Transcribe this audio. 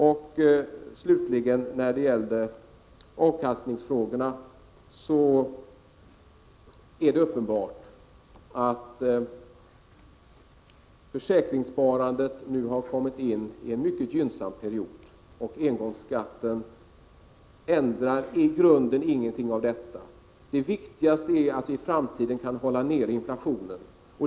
När det slutligen gäller avkastningsfrågorna är det uppenbart att försäkringssparandet nu har kommit in i en mycket gynnsam period, och engångsskatten ändrar i grunden ingenting av detta. Det viktigaste är att vii framtiden kan hålla nere inflationen.